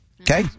Okay